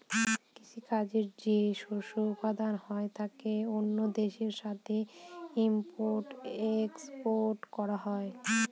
কৃষি কাজে যে শস্য উৎপাদন হয় তাকে অন্য দেশের সাথে ইম্পোর্ট এক্সপোর্ট করা হয়